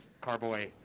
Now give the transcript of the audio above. Carboy